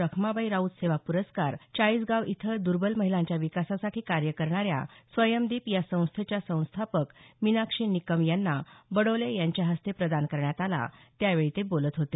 रखमाबाई राऊत सेवा प्रस्कार चाळीसगाव इथं दुर्बल महिलांच्या विकासासाठी कार्य करणाऱ्या स्वयंदीप या संस्थेच्या संस्थापक मिनाक्षी निकम यांना बडोले यांच्या हस्ते प्रदान करण्यात आला त्यावेळी ते बोलत होते